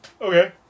Okay